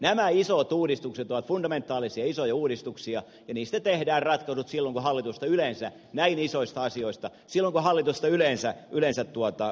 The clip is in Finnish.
nämä isot uudistukset ovat fundamentaalisia isoja uudistuksia niistä tehdään kun silvan hallitusta ja näin isoista asioista tehdään ratkaisut silloin kun hallitusta yleensä uudistetaan